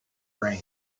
brain